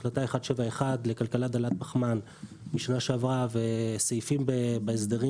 החלטה 171 לכלכלה דלת פחמן משנה שעברה וסעיפים בהסדרים